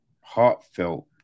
heartfelt